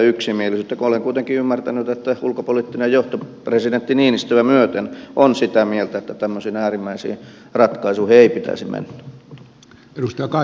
olen kuitenkin ymmärtänyt että ulkopoliittinen johto presidentti niinistöä myöten on sitä mieltä että tämmöisiin äärimmäisiin ratkaisuihin ei pitäisi mennä